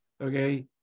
okay